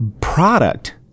product